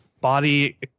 body